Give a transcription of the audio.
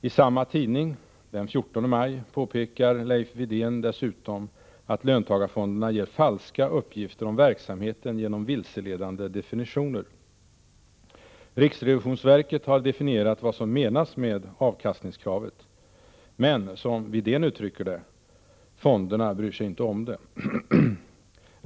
I samma tidning, den 14 maj, påpekar Leif Widén dessutom att löntagarfonderna ger falska uppgifter om verksamheten genom vilseledande definitioner. Riksrevisionsverket har definierat vad som menas med ”avkastningskravet” men, som Widén uttrycker det, ”fonderna bryr sig inte om det”.